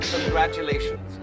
Congratulations